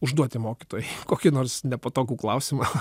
užduoti mokytojai kokį nors nepatogų klausimą